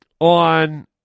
on